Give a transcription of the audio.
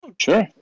Sure